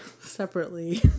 separately